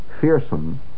fearsome